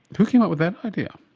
who came up with that idea?